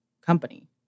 company